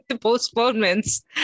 postponements